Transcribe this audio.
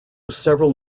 several